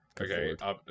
Okay